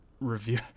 review